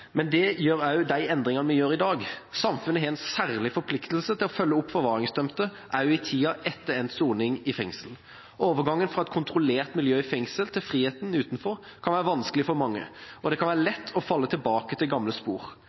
men det gjør også de endringene vi gjør i dag. Samfunnet har en særlig forpliktelse til å følge opp forvaringsdømte også i tida etter endt soning i fengsel. Overgangen fra et kontrollert miljø i fengsel til friheten utenfor kan være vanskelig for mange, og det kan være lett å falle tilbake til gamle spor.